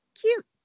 cute